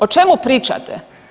O čemu pričate?